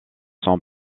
sont